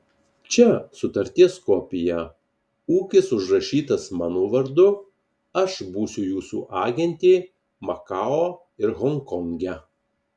čia sutarties kopija ūkis užrašytas mano vardu aš būsiu jūsų agentė makao ir honkonge